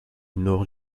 nord